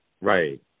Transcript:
right